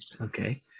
okay